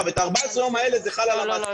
את 14 הימים האלה אני משלם.